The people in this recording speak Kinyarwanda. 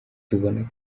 tubona